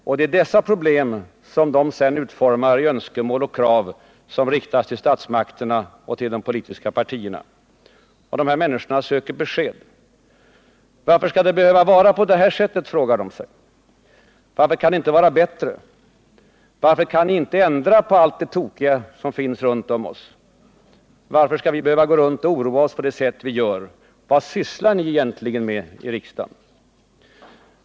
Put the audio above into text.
Och det är dessa problem som de sedan utformar i önskemål och krav som riktas till statsmakterna och till de politiska partierna. De här människorna söker besked. Varför skall det behöva vara på det här sättet? frågar de sig. Varför kan det inte vara bättre? Varför kan ni inte ändra på allt det tokiga som finns runt om oss? Varför skall vi behöva gå omkring och oroa oss på det sätt som vi gör? Vad sysslar ni egentligen med i riksdagen?